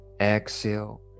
Exhale